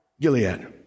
Gilead